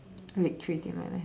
victories in my life